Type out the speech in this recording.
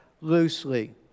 loosely